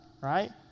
right